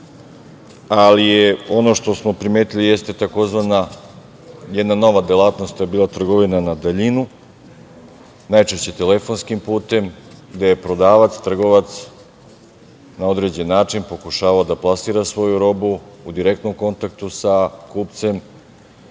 ali je ono što smo primetili jeste tzv. nova delatnosti. To je bila trgovina na daljinu, najčešće telefonskim putem, gde je prodavac, trgovac na određen način pokušavao da plasira svoju robu u direktnom kontaktu sa kupcem